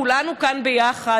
כולנו כאן ביחד,